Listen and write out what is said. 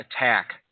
attack